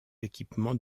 équipements